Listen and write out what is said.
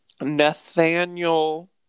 nathaniel